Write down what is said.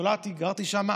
נולדתי, גרתי שם.